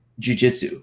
jujitsu